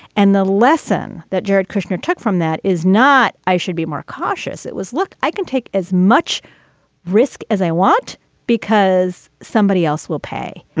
and the lesson that jared kushner took from that is not i should be more cautious. it was look, i can take as much risk as i want because somebody else will pay.